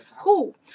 Cool